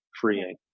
freeing